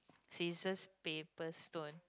scissors paper stone